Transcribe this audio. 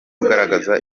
ugaragaza